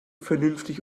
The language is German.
vernünftig